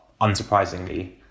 unsurprisingly